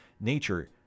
nature